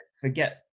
Forget